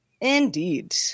Indeed